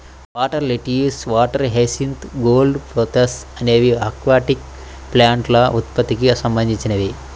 water lettuce, water hyacinth, golden pothos అనేవి aquatic ప్లాంట్ల ఉత్పత్తికి సంబంధించినవి